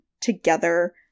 together